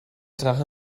drache